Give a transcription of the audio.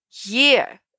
year